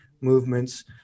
movements